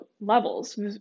levels